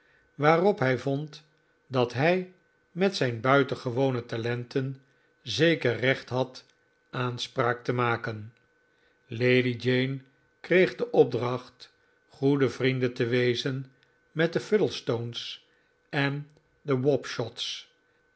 waarop hij vond dat hij met zijn buitengewone talenten zeker recht had aanspraak te maken lady jane kreeg de opdracht goede vrienden te wezen met de fuddlestones en de